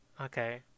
Okay